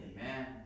Amen